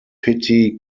petty